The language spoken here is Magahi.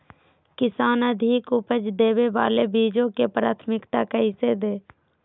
किसान अधिक उपज देवे वाले बीजों के प्राथमिकता कैसे दे?